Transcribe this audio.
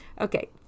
Okay